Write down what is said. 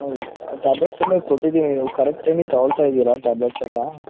ಹ್ಞೂ ಟ್ಯಾಬ್ಲೆಟ್ಸ್ ಎಲ್ಲ ಕೊಟ್ಟಿದ್ದೀನಿ ನೀವು ಕರೆಕ್ಟ್ ಟೈಮಿಗೆ ತೊಗೊಳ್ತಾ ಇದ್ದೀರಾ ಟ್ಯಾಬ್ಲೆಟ್ಸ್ ಎಲ್ಲ